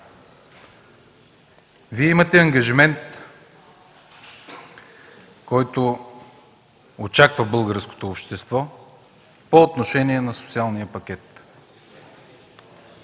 Вие имате ангажимент, който очаква българското общество, по отношение на социалния пакет.